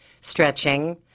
stretching